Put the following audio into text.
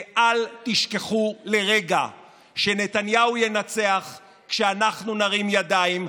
ואל תשכחו לרגע שנתניהו ינצח כשאנחנו נרים ידיים,